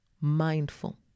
mindful